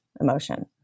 emotion